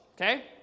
Okay